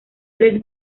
tres